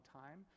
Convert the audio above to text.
time